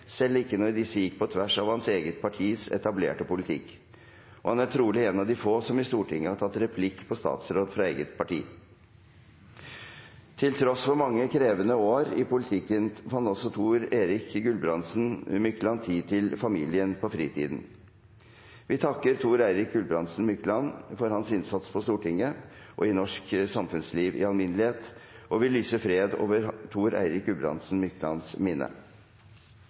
selv ikke når disse gikk på tvers av hans eget partis etablerte politikk. Og han er trolig en av få som i Stortinget har tatt replikk på statsråd fra eget parti. Til tross for mange krevende år i politikken fant også Thor-Eirik Gulbrandsen Mykland tid til familien på fritiden. Vi takker Thor-Eirik Gulbrandsen Mykland for hans innsats på Stortinget og i norsk samfunnsliv i alminnelighet, og vi lyser fred over Thor-Eirik Gulbrandsen Myklands minne.